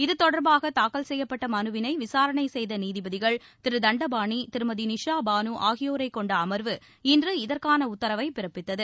இது தொடர்பாக தாக்கல் செய்யப்பட்ட மனுவினை விசாரணை செய்த நீதிபதிகள் திரு தண்டபாணி திருமதி நிஷா பானு ஆகியோரைக் கொண்ட அம்வு இன்று இதற்கான உத்தரவினை பிறப்பித்தது